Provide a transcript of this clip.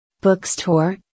Bookstore